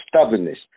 stubbornness